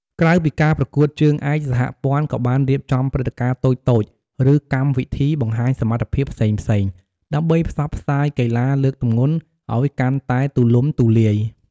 ក្រៅពីការប្រកួតជើងឯក សហព័ន្ធក៏បានរៀបចំព្រឹត្តិការណ៍តូចៗ ឬកម្មវិធីបង្ហាញសមត្ថភាពផ្សេងៗ ដើម្បីផ្សព្វផ្សាយកីឡាលើកទម្ងន់ឱ្យកាន់តែទូលំទូលាយ។